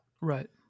Right